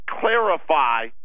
clarify